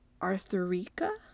Arthurica